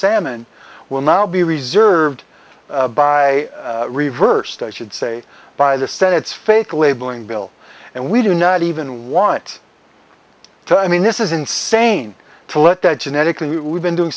salmon will now be reserved by reversed i should say by the senate's fake labeling bill and we do not even want to i mean this is insane to let that genetically we've been doing